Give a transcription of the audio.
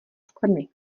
skvrny